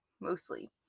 Mostly